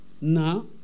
Now